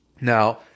Now